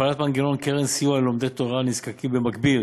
הפעלת מנגנון קרן סיוע ללומדי תורה נזקקים, במקביל